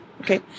Okay